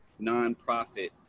nonprofit